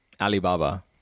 Alibaba